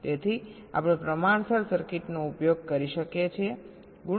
તેથી આપણે પ્રમાણસર સર્કિટનો ઉપયોગ કરી શકીએ છીએ